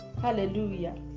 Hallelujah